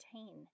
obtain